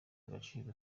agaciro